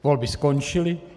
Volby skončily.